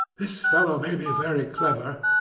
this fellow may be very clever,